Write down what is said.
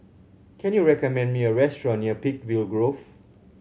can you recommend me a restaurant near Peakville Grove